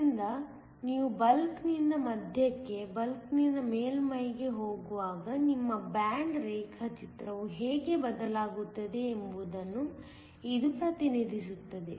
ಆದ್ದರಿಂದ ನೀವು ಬಲ್ಕ್ನಿಂದ ಮಧ್ಯಕ್ಕೆ ಬಲ್ಕ್ನಿಂದ ಮೇಲ್ಮೈಗೆ ಹೋಗುವಾಗ ನಿಮ್ಮ ಬ್ಯಾಂಡ್ ರೇಖಾಚಿತ್ರವು ಹೇಗೆ ಬದಲಾಗುತ್ತದೆ ಎಂಬುದನ್ನು ಇದು ಪ್ರತಿನಿಧಿಸುತ್ತದೆ